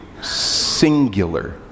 Singular